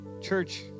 Church